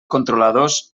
controladors